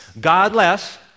godless